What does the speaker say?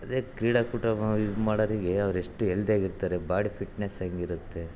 ಅದೇ ಕ್ರೀಡಾಕೂಟ ಇದು ಮಾಡೋರಿಗೆ ಅವ್ರು ಎಷ್ಟು ಎಲ್ದಿ ಆಗಿ ಇರ್ತಾರೆ ಬಾಡಿ ಫಿಟ್ನೆಸ್ ಹೆಂಗೆ ಇರುತ್ತೆ